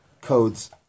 codes